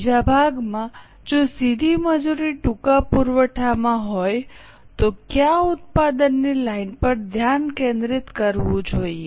બીજા ભાગમાં જો સીધી મજૂરી ટૂંકા પુરવઠામાં હોય તો કયા ઉત્પાદનની લાઇન પર ધ્યાન કેન્દ્રિત કરવું જોઈએ